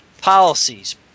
policies